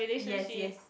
yes yes